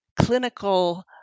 clinical